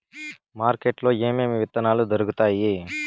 market లో ఏమేమి విత్తనాలు దొరుకుతాయి